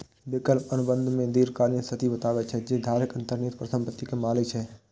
विकल्प अनुबंध मे दीर्घकालिक स्थिति बतबै छै, जे धारक अंतर्निहित परिसंपत्ति के मालिक छियै